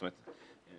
זאת אומרת,